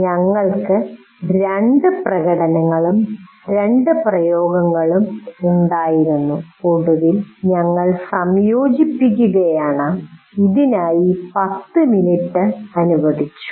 ഞങ്ങൾക്ക് 2 പ്രകടനങ്ങളും 2 പ്രയോഗങ്ങളും ഉണ്ടായിരുന്നു ഒടുവിൽ ഞങ്ങൾ സംയോജിപ്പിക്കുകയാണ് ഇതിനായി ഞങ്ങൾ 10 മിനിറ്റ് അനുവദിച്ചു